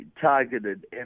targeted